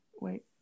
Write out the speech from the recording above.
Wait